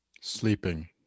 Sleeping